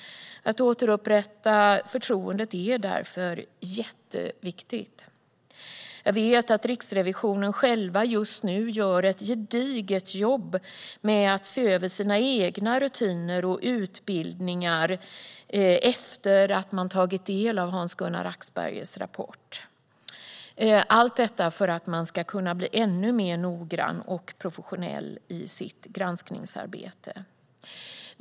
Att återupprätta förtroendet är därför jätteviktigt. Jag vet att Riksrevisionen just nu gör ett gediget jobb med att se över sina egna rutiner och utbildningar efter att man tagit del av Hans-Gunnar Axbergers rapport. Allt detta gör man för att kunna bli ännu mer noggrann och professionell i sitt granskningsarbete.